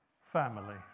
family